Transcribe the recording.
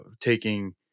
taking